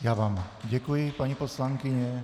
Já vám děkuji, paní poslankyně.